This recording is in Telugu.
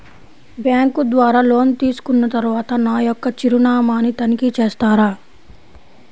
బ్యాంకు ద్వారా లోన్ తీసుకున్న తరువాత నా యొక్క చిరునామాని తనిఖీ చేస్తారా?